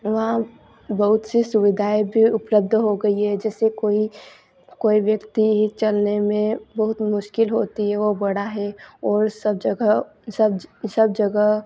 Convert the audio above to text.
वहाँ बहुत सी सुविधाएं भी उपलब्ध हो गई हैं जैसे कोई कोई व्यक्ति चलने में बहुत मुश्किल होती है वो बड़ा है और सब जगह सब जगह